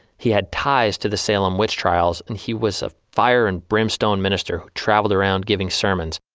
he had ties to the salem witch trials and he was a fire and brimstone minister who traveled around giving sermons.